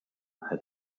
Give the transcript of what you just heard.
had